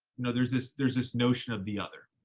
you know there's this, there's this notion of the other,